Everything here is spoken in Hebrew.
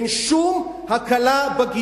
אין שום הקלה בגיור